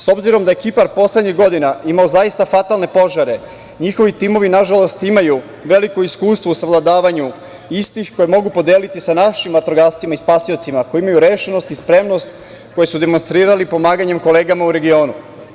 S obzirom da je Kipar poslednjih godina imao zaista fatalne požare njihovi timovi nažalost imaju veliko iskustvo u savladavanju istih koje mogu podeliti sa našim vatrogascima i spasiocima koji imaju rešenost i spremnost koju su demonstrirali pomaganjem kolegama u regionu.